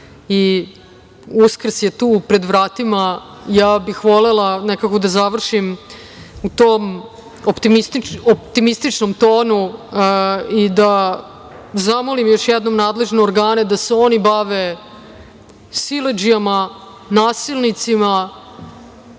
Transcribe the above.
i Uskrs je tu, pred vratima, ja bih volela nekako da završim u tom optimističnom tonu i da zamolim još jednom nadležne organe da se oni bave siledžijama, nasilnicima,